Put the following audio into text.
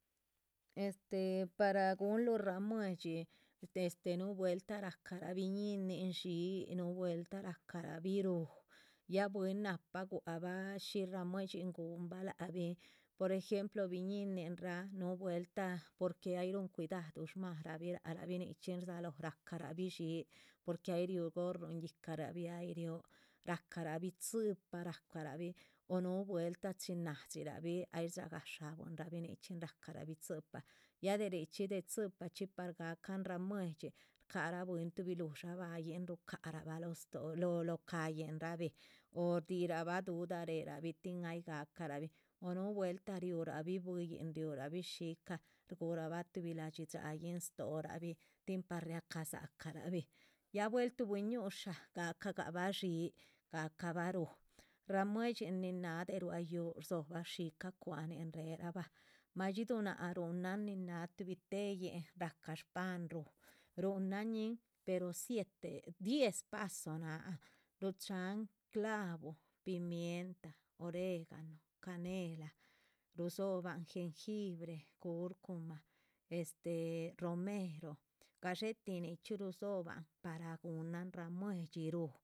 Este para gunluh ramuedxi este núh vuelta rahcara biñínin dxii, nuh vueltah rahcarabi rúh, ya bwín nahpa gua´c bah shí ramuedxin guhunbah lac bih. por ejemplo biñininrah, núhu vueltah porque ay ruhun cuidadu shmarabi lac rahbih nichxín rdalóh rah carabih dxíi, porque ay riú gorron yíhcarabih. ya ay riú, rahcarabi tzi´pa racahrabi, o núh vueltah chin nadxira bih ay dxá gah shabuinrah bih nichxpin rahcarabih tzi´pa, ya de richxí de tzi´pa chxí. par gahcan ramuedxi, shcahara bwín tuhbi ludxá bahayin, ruhucarabha lóho stóho lóho ca´yihnrabih, oh shdihirabah du´rah réherabih, tin ay gacarahbih,. o núhu vueltah riúrah bih bwíi yin, riu rahbi shíca, shguhurabah tuhbi la´dxi dxáhayin stóhorabih, tin par riaca dzácarahbih ya buel tuh bui´ñusha. gahca gabah dxíi, gahcabah rúh ramuedxin nin náha de ruá yúhu rdzóhobah shícah cwa´hanin réhe rabah, madxiduh náac ruhunan nin náha tuhbi téheyin. rahca shpahan rúh, ruhunan ñin pero siete, diez paso náhan rucháhan, clavo, piemienta, oregano, canelah, rudzobahan gengibre, curcumah este, romero. gadxé ti nichxí rudzóhoban para guhunan ramuedxi rúh.